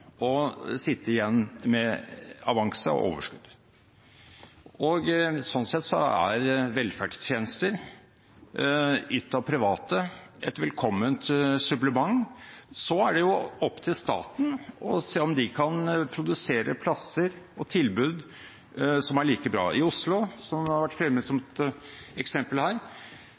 sitte igjen med avanse og overskudd. Sånn sett er velferdstjenester ytt av private et velkomment supplement. Så er det jo opp til staten å se om de kan produsere plasser og tilbud som er like bra. I Oslo, som har vært fremme som et eksempel her,